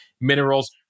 minerals